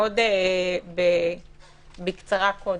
בקצרה קודם.